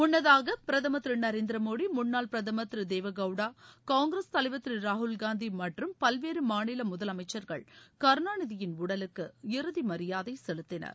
முன்னதாக பிரதம் திருநரேந்திரமோடி முன்னாள் பிரதம் திருதேவகவுடா காங்கிரஸ் தலைவர் திருராகுல் காந்தி மற்றும் பல்வேறுமாநிலமுதலமைச்சர்கள் கருணாநிதியின் உடலுக்கு இறுதிமியாதைசெலுத்தினர்